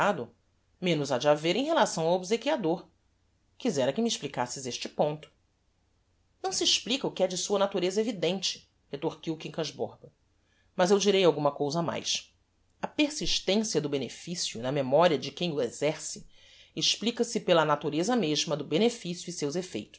obsequiado menos ha de haver em relação ao obsequiador quizera que me explicasses este ponto não se explica o que é de sua natureza evidente retorquiu o quincas borba mas eu direi alguma cousa mais a persistencia do beneficio na memoria de quem o exerce explica-se pela natureza mesma do beneficio e seus effeitos